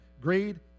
greed